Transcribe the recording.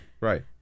right